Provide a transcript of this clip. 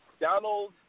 Donald